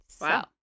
Wow